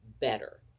better